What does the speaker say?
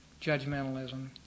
judgmentalism